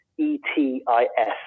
E-T-I-S